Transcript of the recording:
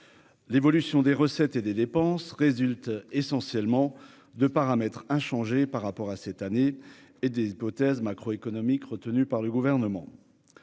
l'évolution des recettes et des dépenses résulte essentiellement de paramètres inchangé par rapport à cette année, et des hypothèses macroéconomiques retenues par le gouvernement,